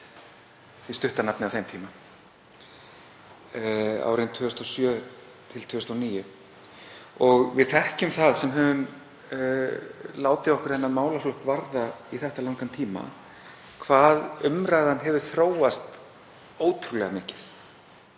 var stutta nafnið á þeim tíma, árin 2007–2009. Við þekkjum það sem höfum látið okkur þennan málaflokk varða í þetta langan tíma hvað umræðan hefur þróast ótrúlega mikið,